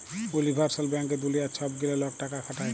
universal ব্যাংকে দুলিয়ার ছব গিলা লক টাকা খাটায়